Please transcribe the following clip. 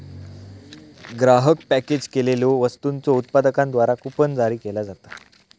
ग्राहक पॅकेज केलेल्यो वस्तूंच्यो उत्पादकांद्वारा कूपन जारी केला जाता